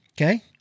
Okay